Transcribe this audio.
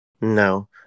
No